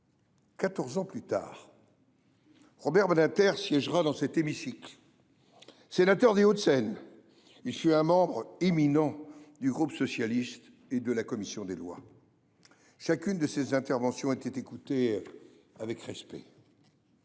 ans plus tard, Robert Badinter siégera dans cet hémicycle. Sénateur des Hauts de Seine, il fut un membre éminent du groupe socialiste et de la commission des lois. Chacune de ses interventions était écoutée avec respect.